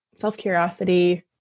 self-curiosity